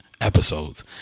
episodes